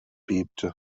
bebte